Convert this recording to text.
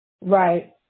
Right